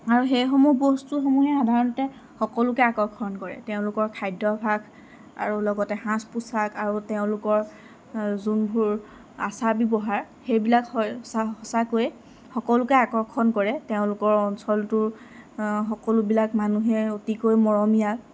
আৰু সেইসমূহ বস্তুসমূহে সাধাৰণতে সকলোকে আকৰ্ষণ কৰে তেওঁলোকৰ খাদ্যভাস আৰু লগতে সাজ পোচাক আৰু তেওঁলোকৰ যোনবোৰ আচাৰ ব্যৱহাৰ সেইবিলাক সঁচাকৈয়ে সকলোকে আকৰ্ষণ কৰে তেওঁলোকৰ অঞ্চলটোৰ সকলোবিলাক মানুহেই অতিকৈ মৰমিয়াল